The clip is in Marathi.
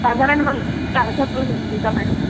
साधारण तारखा कळू शकतील का मॅडम